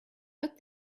but